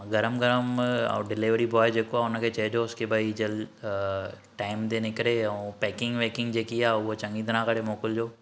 गरमु गरमु ऐं डिलिवरी बॉय जेको आहे उन खे चइजोसि कि भई जल्दी टाइम ते निकिरे ऐं पैकिंग वैकिंग जेकी आहे उहा चङी तरह करे मोकिलिजो